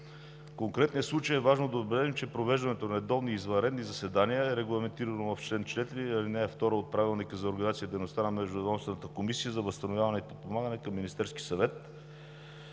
В конкретния случай е важно да отбележим, че провеждането на редовни и извънредни заседания е регламентирано в чл. 4, ал. 2 от Правилника за организацията и дейността на Междуведомствената комисия за възстановяване и подпомагане към Министерския съвет